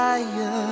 Fire